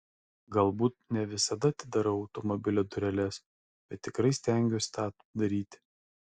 galbūt ne visada atidarau automobilio dureles bet tikrai stengiuosi tą daryti